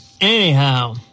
Anyhow